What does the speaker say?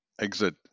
exit